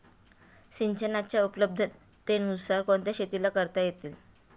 सिंचनाच्या उपलब्धतेनुसार कोणत्या शेती करता येतील?